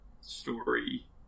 story